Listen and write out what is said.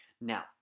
Now